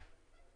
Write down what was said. תודה.